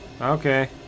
Okay